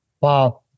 Wow